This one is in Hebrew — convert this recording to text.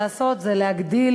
לעשות זה להגדיל,